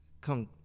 come